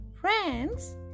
Friends